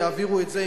יעבירו את זה,